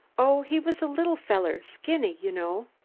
oh, he was a little feller skinny, you know.